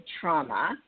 trauma